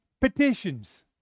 petitions